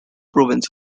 province